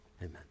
amen